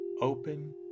open